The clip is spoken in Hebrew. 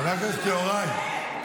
חבר הכנסת יוראי.